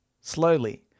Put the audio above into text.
Slowly